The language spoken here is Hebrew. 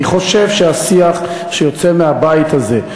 אני חושב שהשיח שיוצא מהבית הזה,